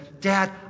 dad